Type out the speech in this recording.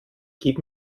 gib